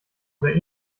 oder